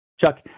Chuck